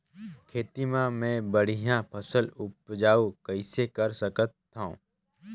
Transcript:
खेती म मै बढ़िया फसल उपजाऊ कइसे कर सकत थव?